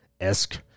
esque